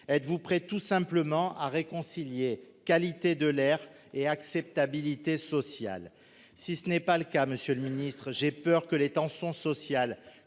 Êtes-vous prêt tout simplement à réconcilier, qualité de l'air et acceptabilité sociale si ce n'est pas le cas Monsieur le Ministre, j'ai peur que les tensions sociales